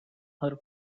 her